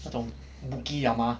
那种 bookie 了嘛